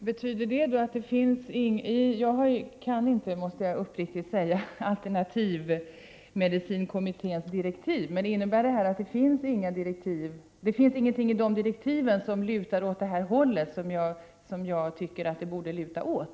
Herr talman! Jag måste säga att jag inte känner till direktiven för kommittén så väl. Jag vill fråga: Finns det något i de direktiven som lutar åt det håll som jag tycker att det borde luta åt?